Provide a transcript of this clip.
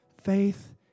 Faith